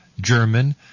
German